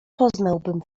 poznałbym